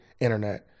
internet